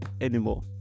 anymore